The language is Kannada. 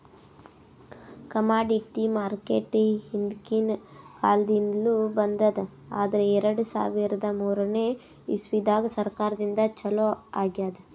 ಕಮಾಡಿಟಿ ಮಾರ್ಕೆಟ್ ಹಿಂದ್ಕಿನ್ ಕಾಲದಿಂದ್ಲು ಬಂದದ್ ಆದ್ರ್ ಎರಡ ಸಾವಿರದ್ ಮೂರನೇ ಇಸ್ವಿದಾಗ್ ಸರ್ಕಾರದಿಂದ ಛಲೋ ಆಗ್ಯಾದ್